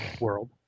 world